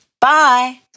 Bye